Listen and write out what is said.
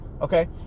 Okay